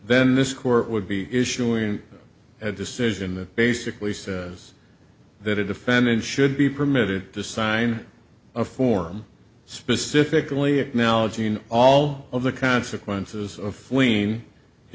then this court would be issuing a decision that basically says that a defendant should be permitted to sign a form specifically acknowledging all of the consequences of lien h